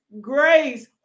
grace